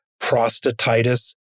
prostatitis